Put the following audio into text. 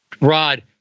Rod